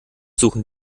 suchen